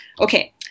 okay